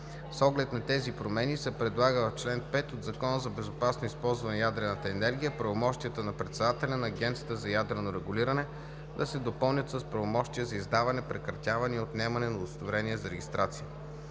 С оглед на тези промени се предлага в чл. 5 от Закона за безопасно използване на ядрената енергия правомощията на председателя на Агенцията за ядрено регулиране да се допълнят с правомощия за издаване, прекратяване и отнемане на удостоверения за регистрация.